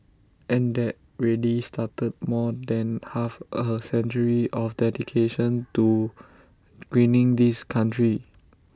and that really started more than half A century of dedication to greening this country